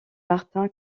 martin